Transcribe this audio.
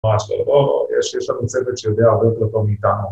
... יש, יש לנו צוות שיודע הרבה יותר טוב מאיתנו